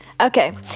Okay